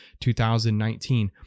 2019